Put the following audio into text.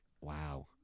Wow